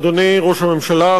אדוני ראש הממשלה,